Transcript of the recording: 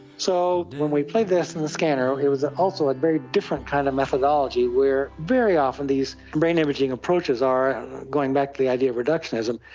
so when we played this in the scanner, it was also a very different kind of methodology where very often these brain imaging approaches, going back to the idea of reductionism,